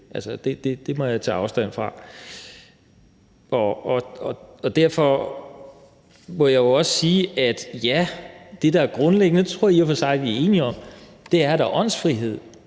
Det må jeg tage afstand fra. Derfor må jeg også sige, at det, der er grundlæggende – og det tror jeg i og for sig vi er enige om – er, at der er åndsfrihed.